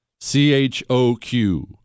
C-H-O-Q